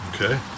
okay